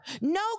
no